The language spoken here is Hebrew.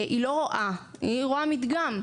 היא לא רואה, היא רואה מדגם.